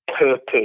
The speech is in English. purpose